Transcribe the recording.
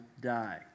die